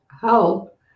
help